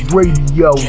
Radio